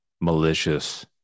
malicious